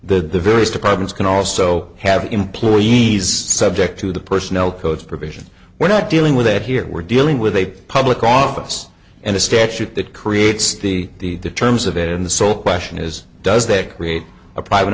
the various departments can also have employees subject to the personnel codes provisions we're not dealing with it here we're dealing with a public office and a statute that creates the terms of it and the sole question is does that create a private